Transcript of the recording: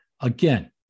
Again